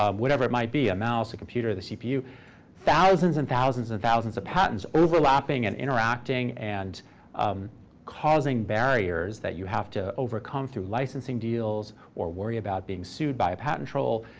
um whatever it might be a mouse, a computer, the cpu thousands and thousands and thousands of patents overlapping and interacting and um causing barriers that you have to overcome through licensing deals or worry about being sued by a patent troll.